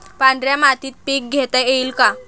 पांढऱ्या मातीत पीक घेता येईल का?